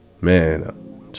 Man